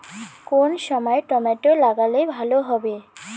কোন সময় টমেটো লাগালে ভালো হবে?